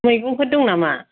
मैगंफोर दं नामा